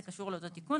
זה קשור לאותו תיקון.